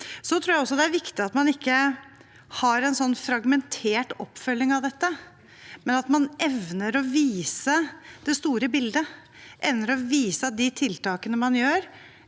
det er viktig at man ikke har en fragmentert oppfølging av dette, men at man evner å vise det store bildet,